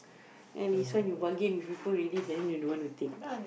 then this one you bargain with people already then you don't want to take